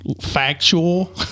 factual